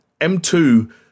M2